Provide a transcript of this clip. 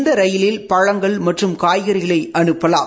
இந்த ரயிலில் பழங்கள் மற்றும் காய்கறிகளை அனுப்பலாம்